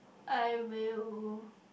I will